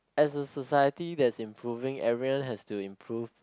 as a society that's improving everyone has to improve